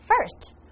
First